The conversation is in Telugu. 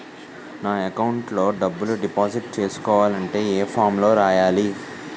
నా అకౌంట్ లో డబ్బులు డిపాజిట్ చేసుకోవాలంటే ఏ ఫామ్ లో రాయాలి?